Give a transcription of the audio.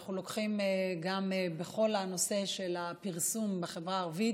ואנחנו לוקחים כל הנושא של הפרסום בחברה הערבית,